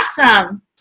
awesome